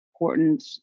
important